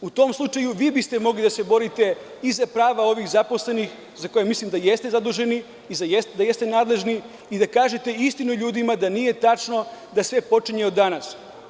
U tom slučaju, vi biste mogli da se borite za prava ovih zaposlenih za koje mislim da jeste zaduženi i jeste nadležni, kao i da kažete istinu ljudima da nije tačno da sve počinje od danas.